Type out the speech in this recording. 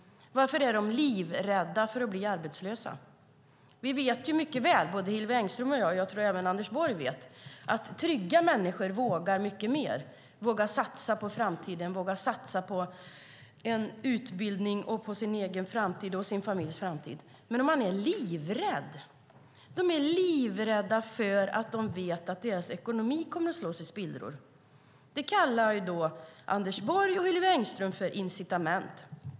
Varför är de livrädda för att bli arbetslösa? Både Hillevi Engström och jag vet mycket väl - och även Anders Borg vet - att trygga människor vågar mer. De vågar satsa på framtiden, utbildning och familj. Men de är livrädda därför att de vet att deras ekonomi kommer att slås i spillror. Det kallar Anders Borg och Hillevi Engström incitament.